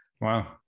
Wow